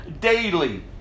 daily